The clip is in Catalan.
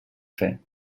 fer